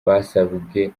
basabwe